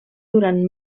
durant